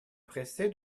pressé